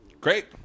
great